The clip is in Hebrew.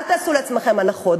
אל תעשו לעצמכם הנחות.